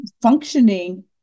functioning